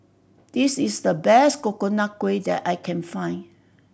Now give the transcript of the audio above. this is the best Coconut Kuih that I can find